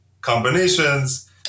combinations